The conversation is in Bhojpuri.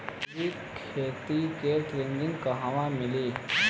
जैविक खेती के ट्रेनिग कहवा मिली?